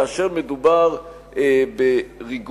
כאשר מדובר בריגול,